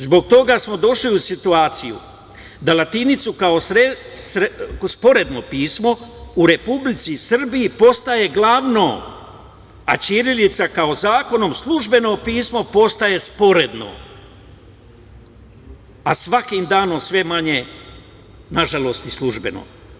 Zbog toga smo došli u situaciju da latinica kao sporedno pismo u Republici Srbiji postaje glavno, a ćirilica kao zakonom službeno pismo postaje sporedno, a svakim danom sve manje nažalost i službeno.